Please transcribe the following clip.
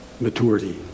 maturity